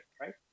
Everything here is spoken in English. right